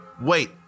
wait